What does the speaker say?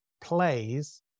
plays